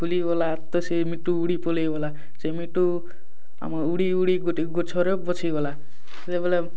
ଖୋଲି ଗଲା ତ ସେ ମିଟୁ ଉଡ଼ି ପଳାଇ ଗଲା ସେ ମିଟୁ ଆମ ଉଡ଼ି ଉଡ଼ି ଗୋଟେ ଗଛର ବସି ଗଲା ସେତେବେଳେ